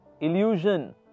illusion